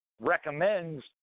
recommends